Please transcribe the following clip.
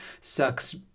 sucks